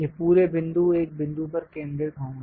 ये पूरे बिंदु एक बिंदु पर केंद्रित होंगे